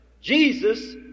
Jesus